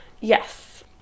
yes